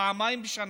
פעמיים בשנה,